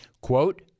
quote